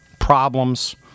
problems